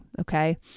okay